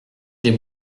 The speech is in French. des